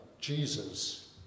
Jesus